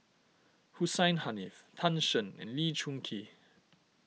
Hussein Haniff Tan Shen and Lee Choon Kee